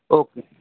okay